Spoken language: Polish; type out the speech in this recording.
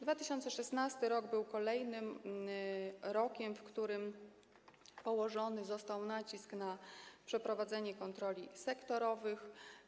2016 r. był kolejnym rokiem, w którym położony został nacisk na przeprowadzenie kontroli sektorowych.